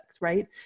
right